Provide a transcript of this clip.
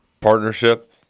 Partnership